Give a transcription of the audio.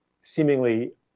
seemingly